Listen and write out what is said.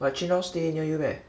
but chen hao stay near you meh